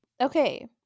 Okay